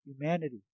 humanity